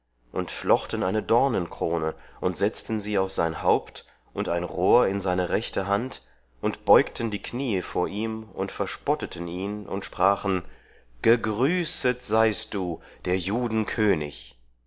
und flochten eine dornenkrone und setzten sie auf sein haupt und ein rohr in seine rechte hand und beugten die kniee vor ihm und verspotteten ihn und sprachen gegrüßet seist du der juden könig